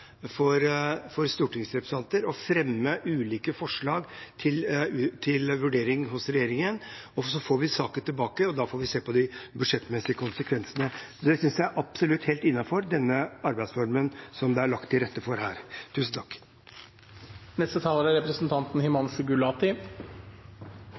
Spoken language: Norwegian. for stortingsrepresentanter å fremme ulike forslag til vurdering hos regjeringen, og så får vi saken tilbake, og da får vi se på de budsjettmessige konsekvensene. Det synes jeg absolutt er helt innenfor den arbeidsformen som det er lagt til rette for her.